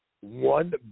one